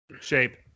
shape